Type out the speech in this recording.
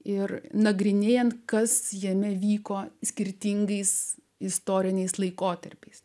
ir nagrinėjant kas jame vyko skirtingais istoriniais laikotarpiais